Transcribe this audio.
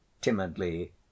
timidly